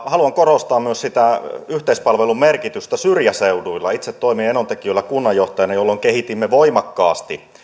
haluan korostaa myös yhteispalvelun merkitystä syrjäseuduilla itse toimin enontekiöllä kunnanjohtajana jolloin kehitimme voimakkaasti